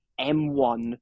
M1